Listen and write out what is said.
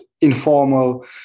informal